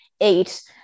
eight